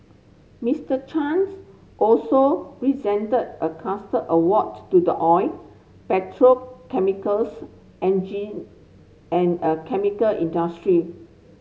Mister Chan's also presented a award to the oil petrochemicals and a chemical industry